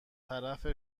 طرف